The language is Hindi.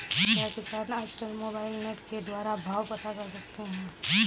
क्या किसान आज कल मोबाइल नेट के द्वारा भाव पता कर सकते हैं?